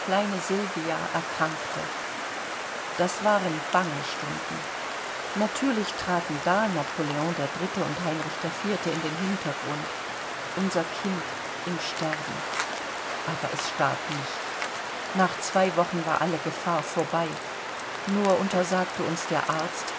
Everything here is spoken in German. kleine sylvia erkrankte das waren bange stunden natürlich traten da napolen iii und heinrich iv in den hintergrund unser kind im sterben aber es starb nicht nach zwei wochen war alle gefahr vorbei nur untersagte uns der arzt